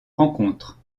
rencontre